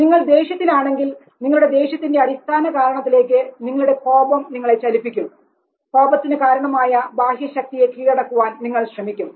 നിങ്ങൾ ദേഷ്യത്തിലാണെങ്കിൽ നിങ്ങളുടെ ദേഷ്യത്തിന്റെ അടിസ്ഥാനകാരണത്തിലേക്ക് നിങ്ങളുടെ കോപം നിങ്ങളെ ചലിപ്പിക്കും കോപത്തിന് കാരണമായ ബാഹ്യ ശക്തിയെ കീഴടക്കുവാൻ നിങ്ങൾ ശ്രമിക്കും